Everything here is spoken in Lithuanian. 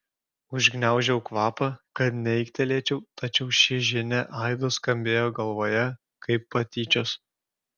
užgniaužiau kvapą kad neaiktelėčiau tačiau ši žinia aidu skambėjo galvoje kaip patyčios